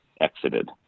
exited